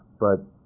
but